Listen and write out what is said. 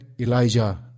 Elijah